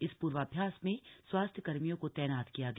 इस पुर्वाभ्यास में स्वास्थ्य कर्मियों को तम्रात किया गया